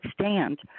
stand